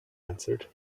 answered